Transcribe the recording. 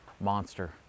monster